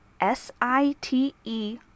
S-I-T-E